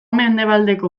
mendebaldeko